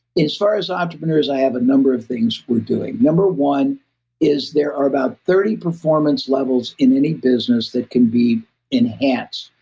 as far as entrepreneurs, i have a number of things we're doing. number one is there are about thirty performance levels in any business that can be enhanced.